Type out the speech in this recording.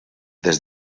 des